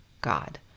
God